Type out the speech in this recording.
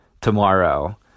tomorrow